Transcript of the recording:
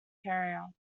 area